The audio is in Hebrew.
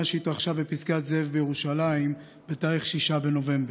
שהתרחשה בפסגת זאב בירושלים בתאריך 6 בנובמבר.